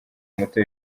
muto